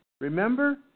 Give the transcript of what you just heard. Remember